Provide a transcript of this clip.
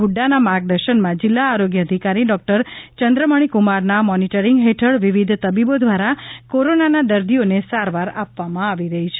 હ્ડાના માર્ગદર્શનમાં જિલ્લા આરોગ્ય અધિકારી ડોકટર ચન્દ્રમણી કુમારના મોનીટરીંગ હેઠળ વિવિધ તબીબો દ્વારા કોરોનાના દર્દીઓને સારવાર આપવામાં આવી રહી છે